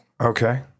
Okay